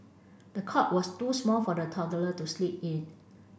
the cot was too small for the toddler to sleep in